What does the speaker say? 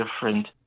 different